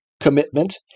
commitment